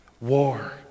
war